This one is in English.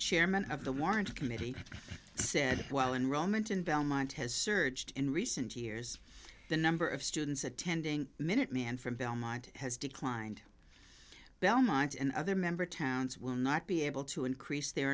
chairman of the warrant committee said while in rome and in belmont has surged in recent years the number of students attending minuteman from belmont has declined belmont and other member towns will not be able to increase their